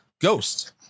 Ghost